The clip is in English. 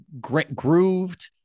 grooved